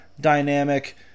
dynamic